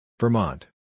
Vermont